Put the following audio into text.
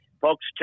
folks